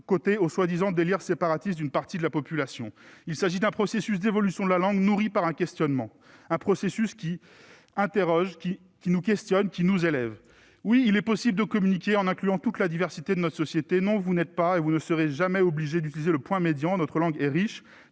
côté, aux prétendus délires séparatistes d'une partie de la population. Il s'agit d'un processus d'évolution de la langue, nourri par un questionnement. Ce processus interroge et nous élève. Oui, il est possible de communiquer en incluant toute la diversité de notre société ! Non, vous n'êtes pas et vous ne serez jamais obligés d'utiliser le point médian ! Notre langue est riche